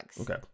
Okay